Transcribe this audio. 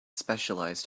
specialized